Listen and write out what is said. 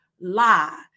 lie